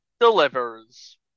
delivers